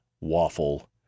Waffle